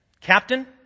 Captain